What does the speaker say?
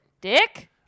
Dick